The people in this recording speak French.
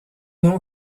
nom